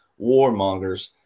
warmongers